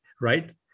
Right